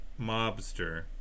mobster